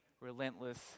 relentless